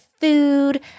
food